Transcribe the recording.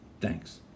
Thanks